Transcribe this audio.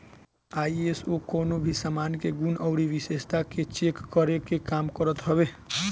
ISO कवनो भी सामान के गुण अउरी विशेषता के चेक करे के काम करत हवे